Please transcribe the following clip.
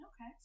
Okay